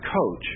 coach